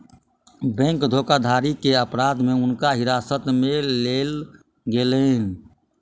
bank धोखाधड़ी के अपराध में हुनका हिरासत में लेल गेलैन